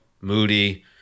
Moody